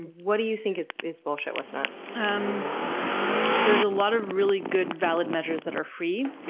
what do you think is is bullshit, what's not? um there's a lot of really good, valid measures that are free,